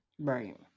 Right